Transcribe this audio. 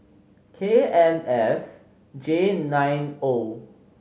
K N S J nine O